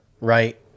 right